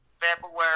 february